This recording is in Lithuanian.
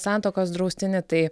santakos draustinį tai